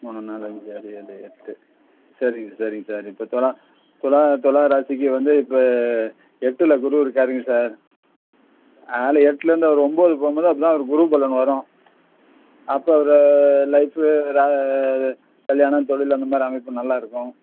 மூணு நாலு அஞ்சு ஆறு ஏழு எட்டு சரிங்க சரிங்க சார் இப்போ துலாம் துலாம் துலாம் ராசிக்கு வந்து இப்போ எட்டில் குரு இருக்காருங்க சார் அதனால் எட்டிலருந்து அவர் ஒம்பது போகும் போது அப்போ தான் அவருக்கு குரு பலன் வரும் அப்போ அவர் லைஃபு ரா கல்யாணம் தொழிலு அந்த மாதிரி அமைப்பு நல்லாயிருக்கும்